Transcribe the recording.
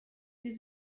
sie